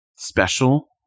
Special